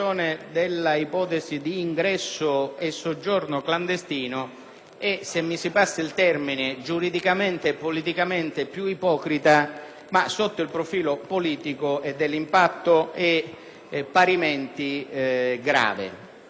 - se mi si passa il termine - giuridicamente e politicamente più ipocrita, ma sotto il profilo politico e dell'impatto è parimenti grave. Infatti, signor Presidente,